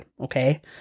Okay